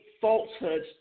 falsehoods